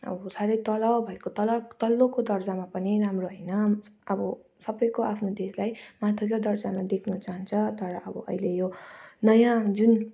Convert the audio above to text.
अब साह्रै तल भएको तल तल्लोको दर्जामा पनि राम्रो होइन अब सबैको आफ्नो देशलाई माथिल्लो दर्जामा देख्नु चाहन्छ तर अब अहिले यो नयाँ जुन